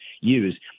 use